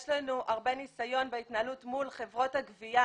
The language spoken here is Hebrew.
יש לנו הרבה ניסיון בהתנהלות מול חברות הגבייה